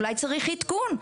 אולי צריך עדכון.